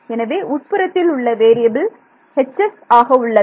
எனவே உட்புறத்தில் உள்ள வேறியபில் ஆக உள்ளது